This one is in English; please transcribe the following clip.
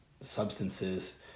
substances